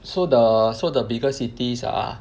so the so the bigger cities are